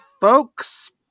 folks